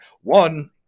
One